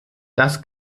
das